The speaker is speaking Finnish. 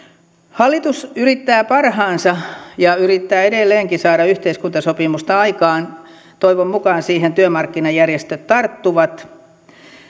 hallitus yrittää parhaansa ja yrittää edelleenkin saada yhteiskuntasopimusta aikaan toivon mukaan siihen työmarkkinajärjestöt tarttuvat